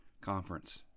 conference